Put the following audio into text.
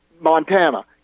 Montana